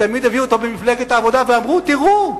שתמיד הביאו אותו במפלגת העבודה ואמרו "תראו,